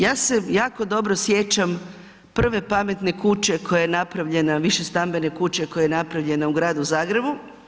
Ja se jako dobro sjećam prve pametne kuće koja je napravljena, više stambene kuće koja je napravljena u gradu Zagrebu.